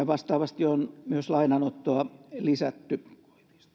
vastaavasti on myös lainanottoa lisätty